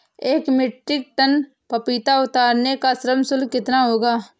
एक metric tonne पपीता उतारने का श्रम शुल्क कितना होगा?